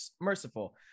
merciful